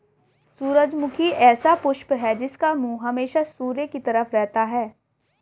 सूरजमुखी ऐसा पुष्प है जिसका मुंह हमेशा सूर्य की तरफ रहता है